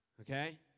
Okay